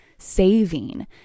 saving